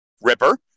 Ripper